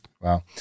Wow